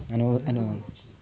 I know I know